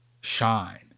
shine